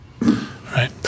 right